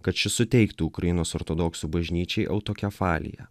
kad šis suteiktų ukrainos ortodoksų bažnyčiai autokefaliją